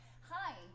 hi